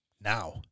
now